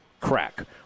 crack